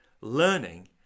learning